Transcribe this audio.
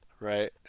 Right